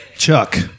Chuck